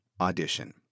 audition